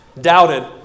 Doubted